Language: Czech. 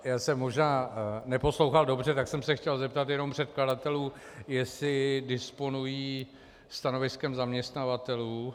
Já jsem možná neposlouchal dobře, tak jsem se chtěl zeptat jenom předkladatelů, jestli disponují stanoviskem zaměstnavatelů.